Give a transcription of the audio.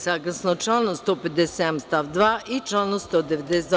Saglasno članu 157. stav 2. i članu 192.